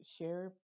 Share